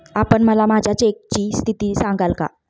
आपण मला माझ्या चेकची स्थिती सांगाल का?